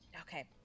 Okay